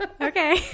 Okay